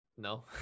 No